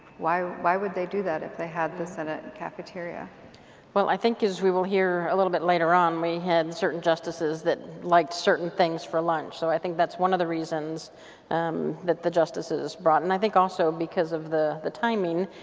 why why would they do that if they had the caferteria? well i think as we will hear a little bit later on we had certain justices that liked certain things for lunch so i think that's one of the reasons um that the justices brought and i think also becuase of the the timing.